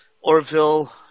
Orville